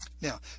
Now